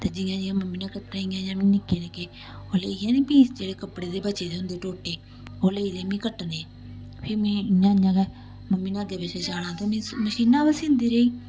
ते जि'यां जि'यां मम्मी ने कट्टने इ'यां इ'यां में निक्के निक्के ओह् लेइयै नी पीस जेह्ड़े कपड़े दे बचे दे होंदे टोटे ओह् लेई लेई मी कट्टने फ्ही में इ'यां इ'यां गै मम्मी ने अग्गें पिच्छें जाना ते मी मशीना पर सींदी रेही